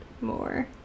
more